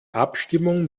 abstimmung